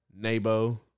Nabo